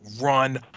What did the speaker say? run